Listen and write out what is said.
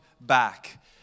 Back